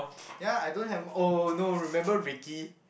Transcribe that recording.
ya I don't have m~ oh no remember Ricky